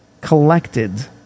collected